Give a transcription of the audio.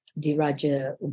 Diraja